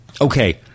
Okay